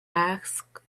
ask